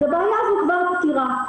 אז הבעיה הזאת כבר פתירה.